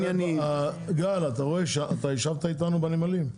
גל, ישבת איתנו על הנמלים?